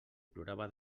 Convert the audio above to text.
plorava